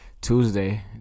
Tuesday